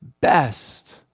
best